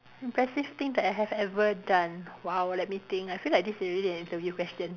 impressive thing that I have ever done !wow! let me think I feel like this is really an interview question